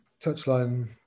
touchline